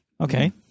Okay